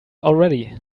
already